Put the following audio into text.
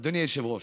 אדוני היושב-ראש,